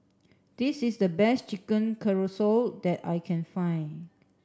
this is the best Chicken Casserole that I can find